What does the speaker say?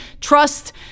trust